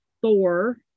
Thor